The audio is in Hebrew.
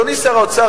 אדוני שר האוצר,